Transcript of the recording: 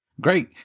great